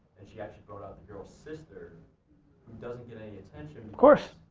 and she actually brought out the girl's sister, who doesn't get any attention of course,